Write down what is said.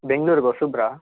ಬೆಂಗಳೂರ್ಗೆ ಹೊಸಬ್ರಾ